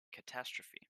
catastrophe